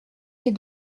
mes